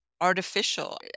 artificial